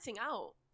out